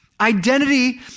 Identity